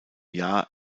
jahr